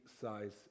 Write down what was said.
size